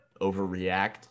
overreact